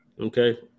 Okay